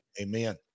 Amen